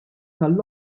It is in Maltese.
tal